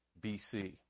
BC